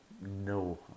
no